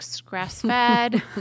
grass-fed